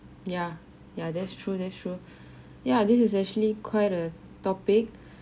yeah yeah that's true that's true yeah this is actually quite a topic